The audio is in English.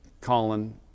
Colin